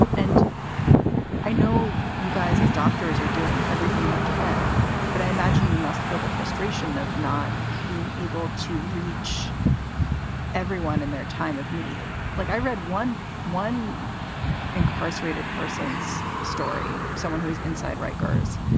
and i know you guys as doctors are doing everything you can, but i imagine you must feel the frustration of not being able to reach everyone in their time of need. like i read one one incarcerated person's story, someone who is inside rikers,